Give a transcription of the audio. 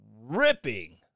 ripping